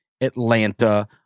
Atlanta